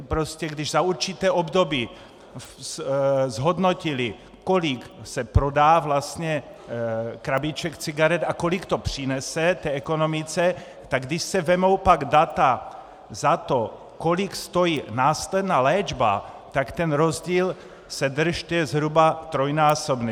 Prostě když za určité období zhodnotili, kolik se prodá vlastně krabiček cigaret a kolik to přinese ekonomice, tak když se vezmou pak data za to, kolik stojí následná léčba, tak ten rozdíl je zhruba trojnásobný.